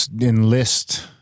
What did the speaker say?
enlist